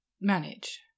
manage